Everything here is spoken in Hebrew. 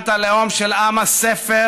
מדינת הלאום של עם הספר,